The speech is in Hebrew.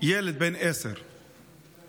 ילד בן עשר מרמלה,